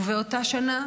ובאותה שנה